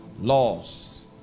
Laws